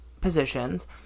positions